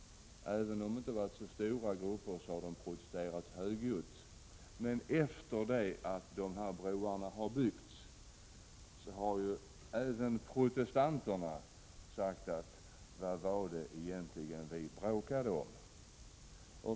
Även om dessa grupper inte har varit särskilt stora, så har de protesterat högljutt. Men efter det att broarna byggts har även de som protesterat frågat sig: Vad var det egentligen vi bråkade om?